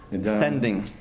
standing